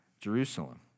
Jerusalem